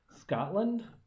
Scotland